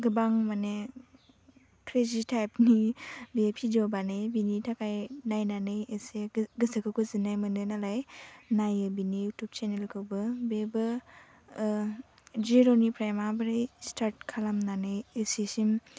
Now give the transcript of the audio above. गोबां माने क्रेजी टाइपनि बियो भिडिअ बानायो बेनि थाखाय नायनानै इसे गोसोखौ गोजोननाय मोनो नालाय नायो बेनि युउटुब चेनेलखौबो बेबो जिर'निफ्राय माबोरै स्टार्ट खालामनानै इसेसिम